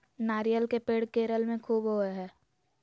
नारियल के पेड़ केरल में ख़ूब होवो हय